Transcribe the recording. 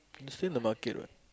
is still in the market what